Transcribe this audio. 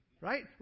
Right